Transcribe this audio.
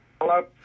hello